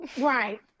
Right